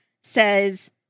says